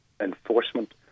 enforcement